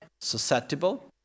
susceptible